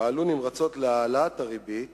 פעלו נמרצות להעלאת הריבית